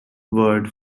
word